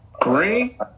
Green